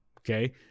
okay